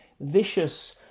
vicious